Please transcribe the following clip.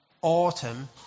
autumn